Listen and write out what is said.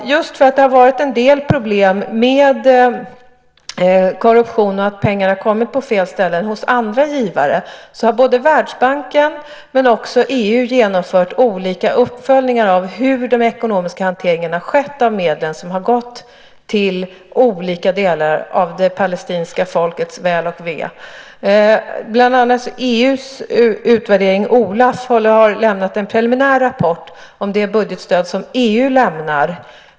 Just för att det har varit en del problem med korruption och att andra givares pengar har hamnat på fel ställen har både Världsbanken och EU genomfört olika uppföljningar av hur den ekonomiska hanteringen har skett av de medel som har gått till olika delar av det palestinska folkets väl och ve. Bland annat har EU:s utvärderingskontor OLAF lämnat en preliminär rapport om det budgetstöd som EU lämnar.